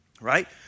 Right